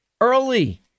early